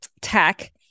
tech